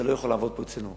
אתה לא יכול לעבוד פה אצלנו,